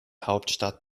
hauptstadt